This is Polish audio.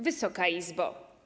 Wysoka Izbo!